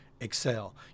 excel